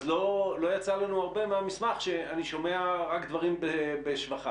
אז לא יצא לנו הרבה מהמסמך שאני שומע רק דברים בשבחיו.